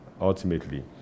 ultimately